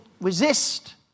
resist